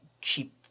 keep